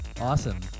Awesome